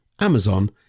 Amazon